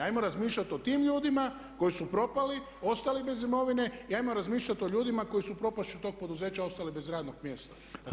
Hajmo razmišljat o tim ljudima koji su propali, ostali bez imovine i hajmo razmišljat o ljudima koji su propašću tog poduzeća ostali bez radnog mjesta.